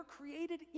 created